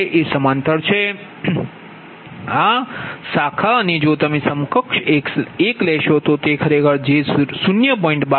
2 એ સમાંતર છે આ શાખા અને જો તમે સમકક્ષ 1 લેશો તો તે ખરેખર j 0